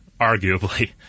arguably